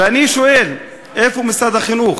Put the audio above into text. ואני שואל: איפה משרד החינוך?